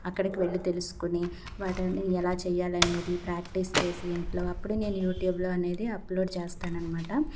అక్కడికి వెళ్లి తెలుసుకొని వాటిని ఎలా చెయ్యాలనేది ప్రాక్టీస్ చేసి ఇంట్లో అప్పుడు నేను యూట్యూబ్లో అనేది అప్లోడ్ చేస్తాననమాట